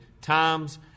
times